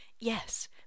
yes